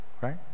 right